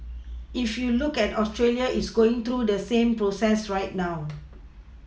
if you look at Australia it's going through the same process right now